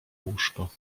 łóżko